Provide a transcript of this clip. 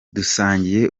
dusangiye